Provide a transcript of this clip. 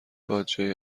باجه